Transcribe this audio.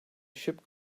ship